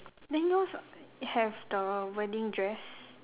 then yours have the wedding dress